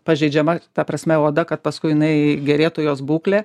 pažeidžiama ta prasme oda kad paskui jinai gerėtų jos būklė